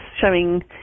showing